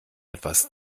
etwas